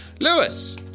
Lewis